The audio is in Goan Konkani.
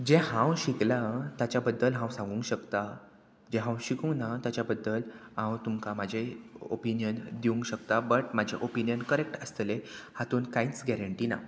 जें हांव शिकलां ताच्या बद्दल हांव सांगूंक शकतां जें हांव शिकूंक ना ताच्या बद्दल हांव तुमकां म्हाजें ओपिनीयन दिवंक शकता बट म्हाजें ओपिनीयन करॅक्ट आसतलें हातून कांयच गॅरंटी ना